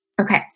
Okay